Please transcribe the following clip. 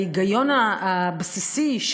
ההיגיון הבסיסי,